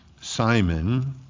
Simon